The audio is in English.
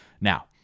Now